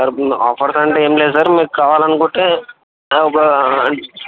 sir offers అంటే ఏమి లేవు సార్ మీకు కావాలనుకుంటే ఒక